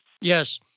yes